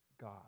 God